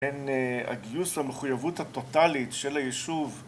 בין הגיוס למחויבות הטוטלית של היישוב